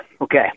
Okay